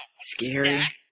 Scary